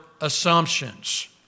assumptions